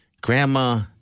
grandma